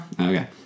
Okay